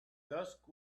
dusk